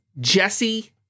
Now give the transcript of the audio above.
Jesse